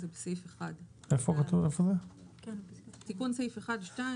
זה בסעיף 1. תיקון סעיף (1) (2),